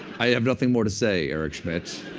i have nothing more to say, eric schmidt.